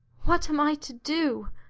what am i to do?